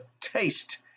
taste